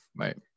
right